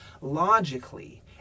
logically